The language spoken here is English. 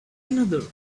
another